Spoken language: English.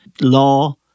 law